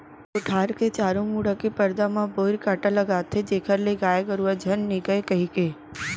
कोठार के चारों मुड़ा के परदा म बोइर कांटा लगाथें जेखर ले गाय गरुवा झन निगय कहिके